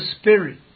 Spirit